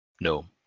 no